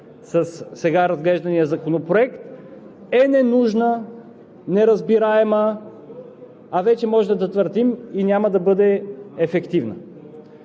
със сега разглеждания законопроект, е ненужна, неразбираема, а вече може да твърдим, няма да бъде и ефективна.